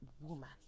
woman